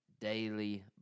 Daily